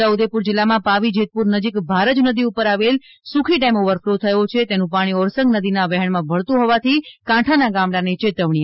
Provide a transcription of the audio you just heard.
છોટાઉદેપુર જિલ્લામાં પાવી જેતપુર નજીક ભારજ નદી ઉપર આવેલ સુખી ડેમ ઓવરફ્લો થયો છે અને તેનું પાણી ઓરસંગ નદીના વહેણમાં ભળતું હોવાથી કાંઠાના ગામડાને ચેતવણી અપાઈ છે